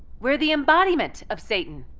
we're the embodiment of satan!